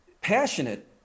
passionate